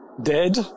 dead